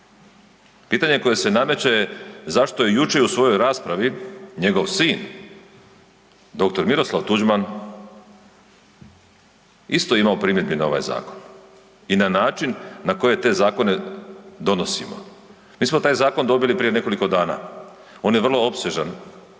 Pitanje koje se nameće je zašto je jučer u svojoj raspravi njegov sin dr. Miroslav Tuđman isto imao primjedbi na ovaj zakon i na način na koje te zakone donosimo? Mi smo taj zakon dobili prije nekoliko dana. On je vrlo opsežan,